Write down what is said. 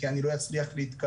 כי אני לא אצליח להתקבל,